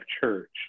Church